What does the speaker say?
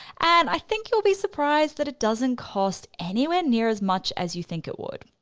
and i think you'll be surprised that it doesn't cost anywhere near as much as you think it would.